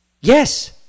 Yes